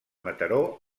mataró